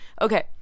Okay